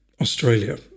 Australia